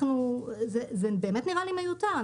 זה באמת נראה לי מיותר.